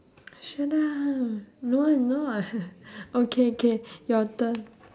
shut up no one will know [what] okay K your turn